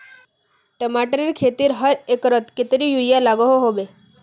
टमाटरेर खेतीत हर एकड़ोत कतेरी यूरिया लागोहो होबे?